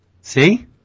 See